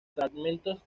fragmentos